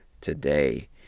today